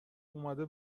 اومده